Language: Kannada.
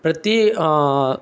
ಪ್ರತಿ